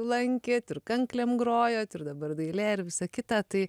lankėt ir kanklėm grojot ir dabar dailė ir visa kita tai